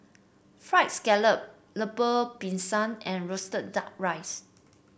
fried scallop Lemper Pisang and roasted duck rice